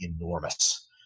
enormous